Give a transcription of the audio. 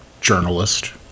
journalist